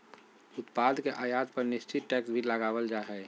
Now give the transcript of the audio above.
उत्पाद के आयात पर निश्चित टैक्स भी लगावल जा हय